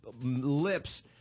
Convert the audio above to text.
lips